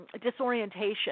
disorientation